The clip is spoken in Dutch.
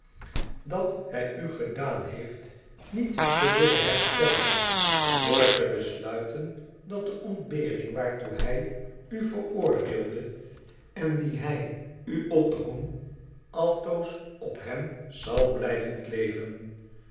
vriekd hij u gedaan heeft niet te willen herstellen door te besluiten dat de onn berin waartoe hij u veroordeelde en die hij n opdrong altoos op hem zal blijven kleven